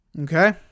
Okay